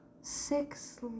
Six